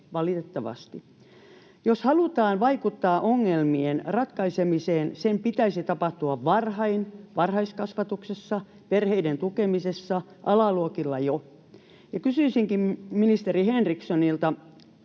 valitettavasti. Jos halutaan vaikuttaa ongelmien ratkaisemiseen, sen pitäisi tapahtua varhain: varhaiskasvatuksessa, perheiden tukemisessa, jo alaluokilla. Ja kysyisinkin ministeri Henrikssonilta: